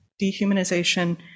dehumanization